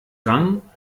rang